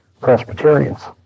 Presbyterians